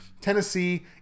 Tennessee